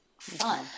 fun